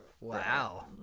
Wow